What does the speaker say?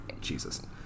jesus